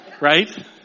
Right